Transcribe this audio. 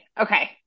Okay